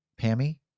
Pammy